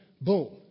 boom